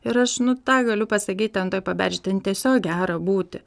ir aš nu tą galiu pasakyt ten toj paberžėj ten tiesiog gera būti